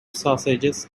sausages